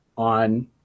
on